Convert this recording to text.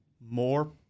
more